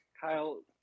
Kyle